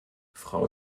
frau